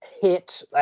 hit